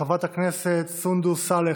חברת הכנסת סונדוס סאלח,